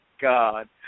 God